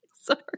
Sorry